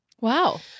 Wow